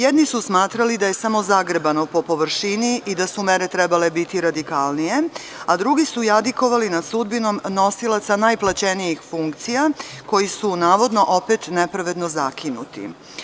Jedni su smatrali da je samo zagrebano po površini i da su mere trebale biti radikalnije, a drugi su jadikovali nad sudbinom nosilaca najplaćenijih funkcija koji su navodno opet nepravedno zakinuti.